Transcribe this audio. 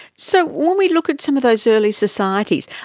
so when we look at some of those early societies,